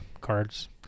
cards